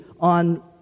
on